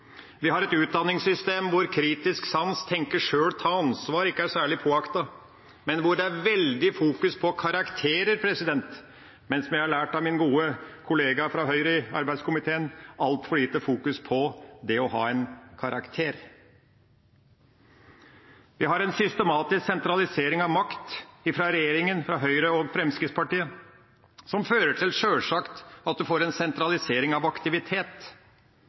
Vi har et utdanningssystem hvor kritisk sans, tenke sjøl og ta ansvar ikke er særlig påaktet, men hvor det er et veldig fokus på karakterer. Men som jeg har lært av min gode kollega fra Høyre i arbeidskomiteen: Det er altfor lite fokus på det å ha en karakter. Vi har en systematisk sentralisering av makt fra regjeringa, fra Høyre og Fremskrittspartiet, som fører til – sjølsagt – at en får en sentralisering av aktivitet.